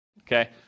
okay